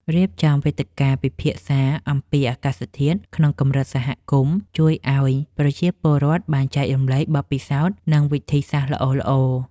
រៀបចំវេទិកាពិភាក្សាអំពីអាកាសធាតុក្នុងកម្រិតសហគមន៍ជួយឱ្យប្រជាពលរដ្ឋបានចែករំលែកបទពិសោធន៍ និង វិធីសាស្ត្រល្អៗ។